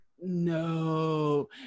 no